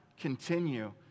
continue